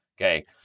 okay